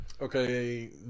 okay